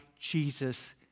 Jesus